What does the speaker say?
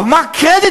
על מה הקרדיט?